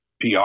PR